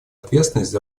ответственность